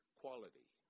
quality